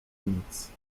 nic